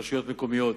רשויות מקומיות,